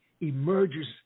emerges